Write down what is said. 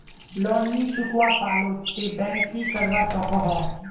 Loan नी चुकवा पालो ते बैंक की करवा सकोहो?